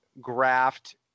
graft